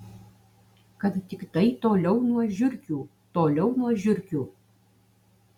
kad tiktai toliau nuo žiurkių toliau nuo žiurkių